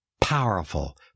powerful